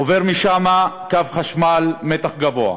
עובר שם קו חשמל מתח גבוה,